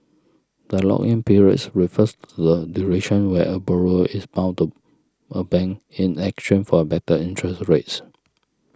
the lock in periods refers to the duration where a borrower is bound to a bank in exchange for better interest rates